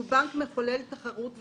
הוא בנק מחולל תחרות וצומח,